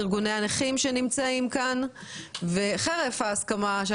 ארגוני הנכים שנמצאים כאן וחרף ההסכמה אליה